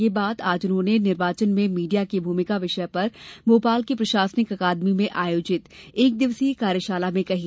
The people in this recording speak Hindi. यह बात आज उन्होंने निर्वाचन में मीडिया की भूमिका विषय पर भोपाल की प्रशासनिक अकादमी में आयोजित एक दिवसीय कार्यशाला में कही